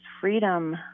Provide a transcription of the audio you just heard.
freedom